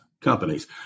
companies